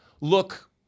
look